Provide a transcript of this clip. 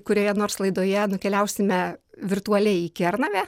kurioje nors laidoje nukeliausime virtualiai į kernavę